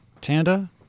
Tanda